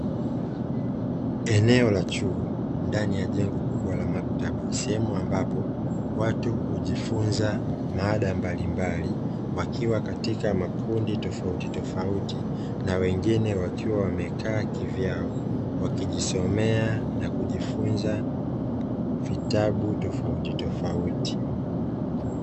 Eneo la chuo, ndani ya jengo kubwa la maktaba, sehemu ambapo watu hujifunza mada mbalimbali, wakiwa katika makundi tofauti tofauti na wengine wakiwa wamekaa kivyao, wakijisomea na kujifunza vitabu tofautitofauti.